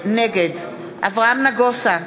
נגד אברהם נגוסה,